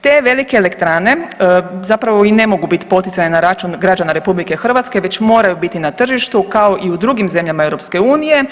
Te velike elektrane zapravo i ne mogu biti poticaj na račun građana RH već moraju biti na tržištu kao i u drugim zemljama EU.